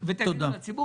ולעתים זה קורה,